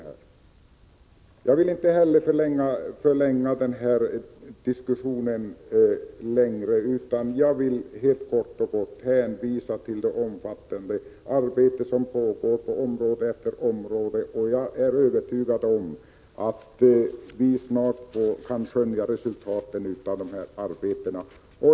113 Jag vill inte förlänga den här diskussionen, utan vill kort och gott hänvisa till det omfattande arbete som pågår på område efter område. Jag är övertygad om att vi snart kan skönja resultaten av det arbetet.